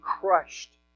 crushed